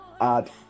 add